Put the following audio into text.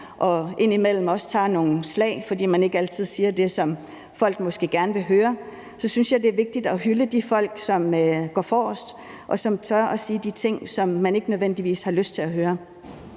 vi indimellem også tager nogle slag, fordi man ikke altid siger det, som folk måske gerne vil høre, så også hylder de folk, som går forrest, og som tør at sige de ting, som man ikke nødvendigvis har lyst til at høre.